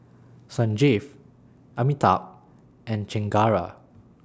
Sanjeev Amitabh and Chengara